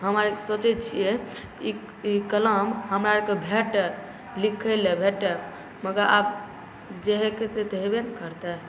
हमे आओर सोचै छिए ई कलम हमरा आओरके भेटै लिखैलए भेटै मगर आब जे होइके हेतै से हेबै ने करतै